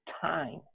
time